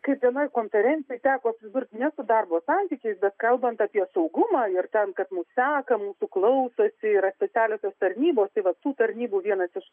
kaip vienoj konferencijoj teko susidurti ne su darbo santykiais bet kalbant apie saugumą ir ten kad mus seka mūsų klausosi yra specialiosios tarnybos tai vat tų tarnybų vienas iš